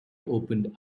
opened